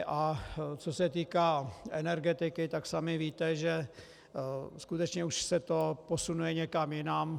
A co se týká energetiky, tak sami víte, že skutečně už se to posunuje někam jinam.